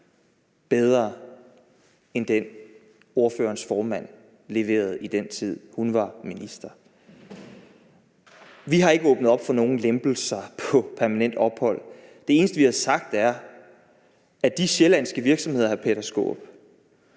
bedre end den, ordførerens formand leverede, i den tid hun var minister. Vi har ikke åbnet op for nogen lempelser på permanent ophold. Det eneste, vi har sagt, er, at de sjællandske virksomheder, hr. Peter Skaarup,